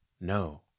no